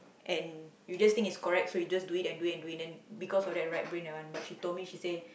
and you just think it's correct so you just do it and do it and do it then because of that right brain that one but she told me she say